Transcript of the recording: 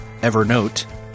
Evernote